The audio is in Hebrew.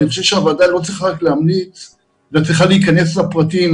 אני חושב שהוועדה לא צריכה להיכנס לפרטים.